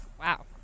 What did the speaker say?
Wow